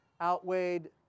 outweighed